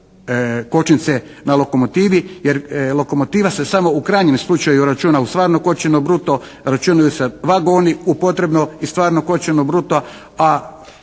kočnice na lokomotivi, jer lokomotiva se samo u krajnjem slučaju računa u stvarno kočeno bruto, računaju se vagoni u potrebno i stvarno kočeno bruto,